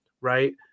right